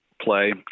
play